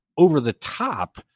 over-the-top